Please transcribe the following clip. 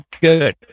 good